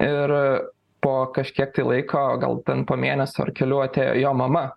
ir po kažkiek tai laiko gal ten po mėnesio ar kelių atėjo jo mama